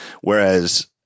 Whereas